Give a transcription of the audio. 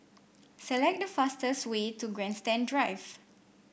select the fastest way to Grandstand Drive